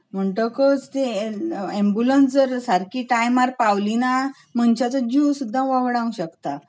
म्हणटकच तें एम्बुलेंस जर सारकी टायमार पावली ना मनशाचो जीव सुद्दा वगडावंक शकता